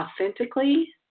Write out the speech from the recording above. authentically